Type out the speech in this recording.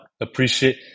appreciate